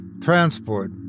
Transport